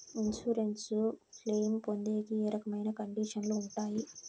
Insurance claim పొందేకి ఏ రకమైన కండిషన్లు ఉంటాయి?